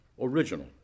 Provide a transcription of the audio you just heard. original